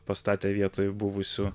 pastatė vietoj buvusių